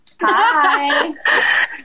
Hi